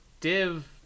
Div